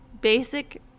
Basic